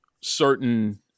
certain